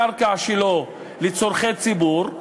את הקרקע שלו לצורכי ציבור.